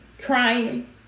crying